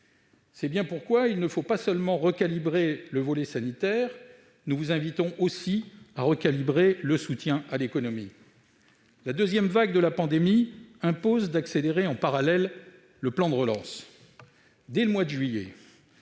C'est bien pourquoi il ne faut pas seulement recalibrer le volet sanitaire ; nous vous invitons aussi à recalibrer le soutien à l'économie. La deuxième vague de la pandémie impose d'accélérer en parallèle le plan de relance. Dès le mois de juillet